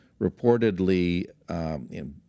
reportedly